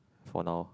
for now